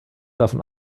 davon